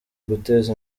guteza